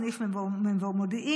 סניף מבוא מודיעין,